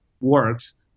works